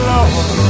Lord